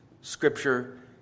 Scripture